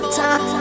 time